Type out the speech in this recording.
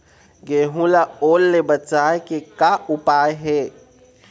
गेहूं ला ओल ले बचाए के का उपाय हे?